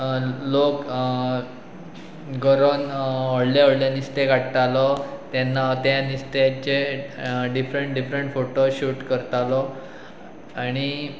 लोक गरोन व्हडले व्हडले नुस्तें काडटालो तेन्ना ते नुस्त्याचे डिफरंट डिफ्रंट फोटो शूट करतालो आनी